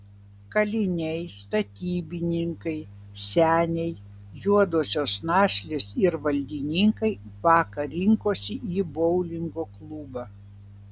kaliniai statybininkai seniai juodosios našlės ir valdininkai vakar rinkosi į boulingo klubą